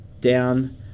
down